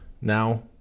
now